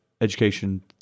education